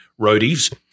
roadies